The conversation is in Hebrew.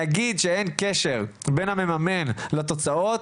להגיד שאין קשר בין המממן לתוצאות,